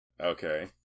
Okay